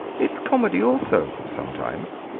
its comedy also, sometimes.